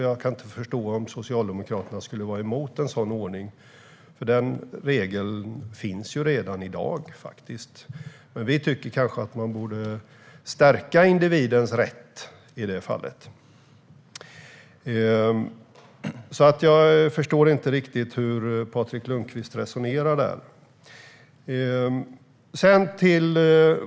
Jag kan inte förstå att Socialdemokraterna kan vara emot en sådan ordning. Den regeln finns ju redan i dag. Vi tycker att man borde stärka individens rätt i det fallet. Jag förstår alltså inte riktigt hur Patrik Lundqvist resonerar.